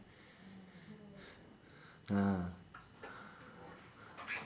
ah